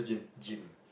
gym